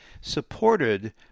supported